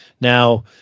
Now